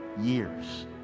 years